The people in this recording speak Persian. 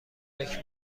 فکر